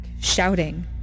shouting